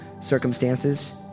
circumstances